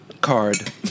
card